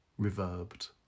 reverbed